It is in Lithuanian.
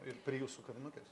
ir prie jūsų kavinukės